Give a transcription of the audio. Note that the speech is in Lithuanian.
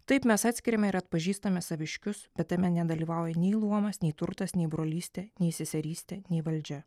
taip mes atskiriame ir atpažįstame saviškius bet tame nedalyvauja nei luomas nei turtas nei brolystė nei seserystė nei valdžia